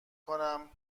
کنم